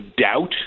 doubt